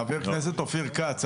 חבר הכנסת אופיר כץ,